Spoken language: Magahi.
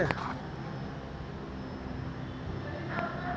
महिंद्रा ट्रैक्टर खरीदवार अभी कोई ऑफर छे?